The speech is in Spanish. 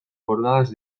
bordadas